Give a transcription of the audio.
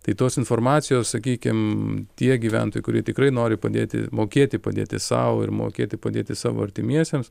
tai tos informacijos sakykim tie gyventojai kurie tikrai nori padėti mokėti padėti sau ir mokėti padėti savo artimiesiems